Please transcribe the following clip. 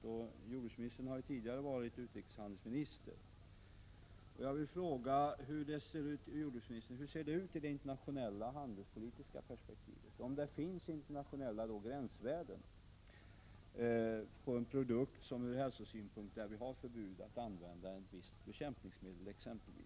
Jordbruksministern har tidigare varit utrikeshandelsminister, och därför vill jag fråga hur det ser ut i det internationella handelspolitiska perspektivet. Låt oss säga att det finns en produkt för vilken det ur hälsosynpunkt råder förbud att använda ett visst bekämpningsmedel.